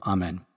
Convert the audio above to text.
Amen